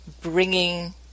bringing